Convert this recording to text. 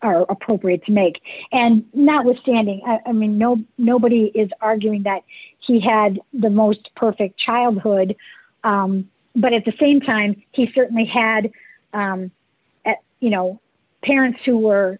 are appropriate to make and not withstanding i mean no nobody is arguing that he had the most perfect childhood but at the same time he felt and he had at you know parents who were